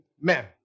men